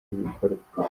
ibikorwa